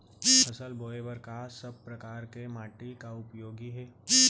फसल बोए बर का सब परकार के माटी हा उपयोगी हे?